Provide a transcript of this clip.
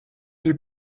die